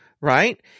right